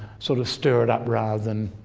sort of stir it up rather than